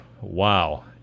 wow